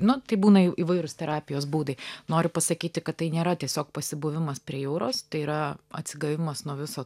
nu tai būna įvairūs terapijos būdai noriu pasakyti kad tai nėra tiesiog pasibuvimas prie jūros tai yra atsigavimas nuo viso